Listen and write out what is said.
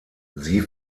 sie